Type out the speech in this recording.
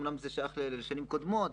אומנם זה שייך לשנים קודמות,